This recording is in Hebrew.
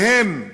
והם: